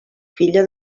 filla